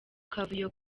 kavuyo